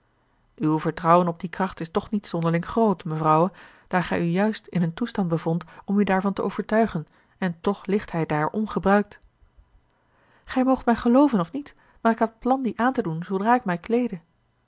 uw vertrouwen op die kracht is toch niet zonderling groot mevrouwe daar gij u juist in een toestand bevondt om u daarvan te overtuigen en toch ligt hij daar ongebruikt gij moogt mij gelooven of niet maar ik had plan dien aan te doen zoodra ik mij kleedde